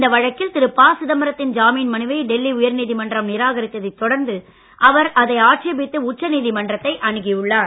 இந்த வழக்கில் திரு ப சிதம்பரத்தின் ஜாமீன் மனுவை டெல்லி உயர்நீதிமன்றம் நிராகரித்ததைத் தொடர்ந்து அவர் அதை ஆட்சேபித்து உச்சநீதிமன்றத்தை அணுகி உள்ளார்